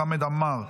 חמד עמאר,